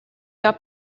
your